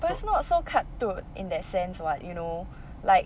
but it's not so cutthroat in that sense what you know like